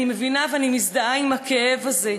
אני מבינה ומזדהה עם הכאב הזה.